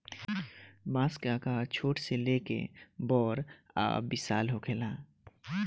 बांस के आकर छोट से लेके बड़ आ विशाल होखेला